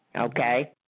okay